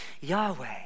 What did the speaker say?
Yahweh